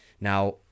now